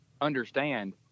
understand